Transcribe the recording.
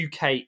UK